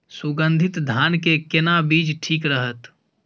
सुगन्धित धान के केना बीज ठीक रहत?